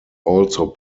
also